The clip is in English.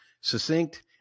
succinct